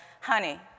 honey